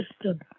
system